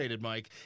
Mike